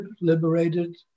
liberated